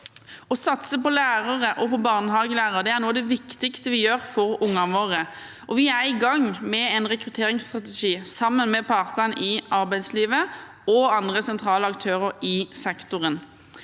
Å satse på lærere og barnehagelærere er noe av det viktigste vi gjør for ungene våre. Vi er i gang med en rekrutteringsstrategi sammen med partene i arbeidslivet og andre sentrale aktører i sektoren.